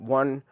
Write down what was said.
one